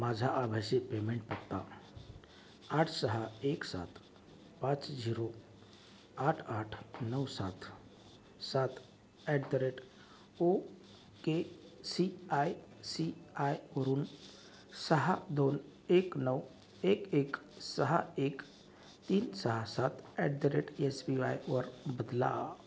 माझा आभासी पेमेंट पत्ता आठ सहा एक सात पाच झिरो आठ आठ नऊ सात सात at the rate O K C I C आयवरून सहा दोन एक नऊ एक एक सहा एक तीन सहा सात at the rate S B आयवर बदला